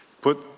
Put